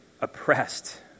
oppressed